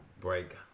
break